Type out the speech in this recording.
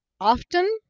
often